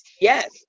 Yes